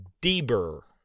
Deber